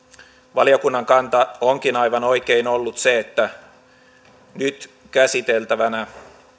valiokunnan kanta onkin aivan oikein ollut se että nyt käsiteltävänä